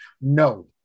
No